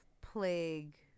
plague